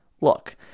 look